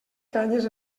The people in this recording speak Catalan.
canyes